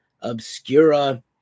Obscura